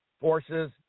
forces